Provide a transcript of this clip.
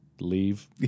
leave